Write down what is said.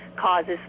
causes